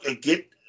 get